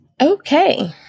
Okay